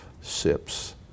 SIPs